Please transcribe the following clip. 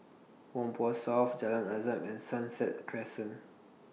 Whampoa South Jalan Azam and Sunset Crescent